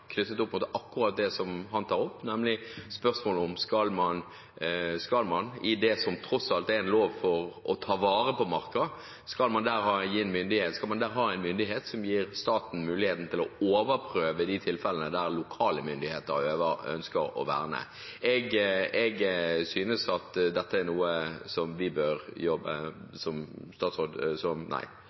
knyttet til akkurat det som han tar opp, nemlig spørsmålet om man skal ha, i det som tross alt er en lov for å ta vare på marka, en myndighet som gir staten muligheten til å overprøve i de tilfellene der lokale myndigheter ønsker å være med. Jeg synes at dette er noe som «det store vi» bør jobbe